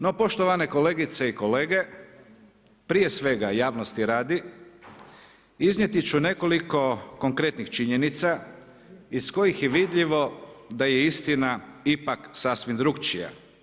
No poštovane kolegice i kolege, prije svega javnosti radi, iznijeti ću nekoliko konkretnih činjenica iz kojih je vidljivo da je istina ipak sasvim drukčija.